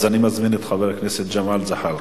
אז אני מזמין את חבר הכנסת ג'מאל זחאלקה,